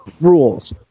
rules